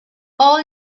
all